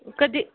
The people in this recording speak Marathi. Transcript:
कधी